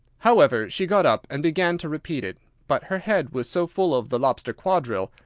however, she got up, and began to repeat it, but her head was so full of the lobster quadrille,